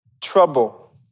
trouble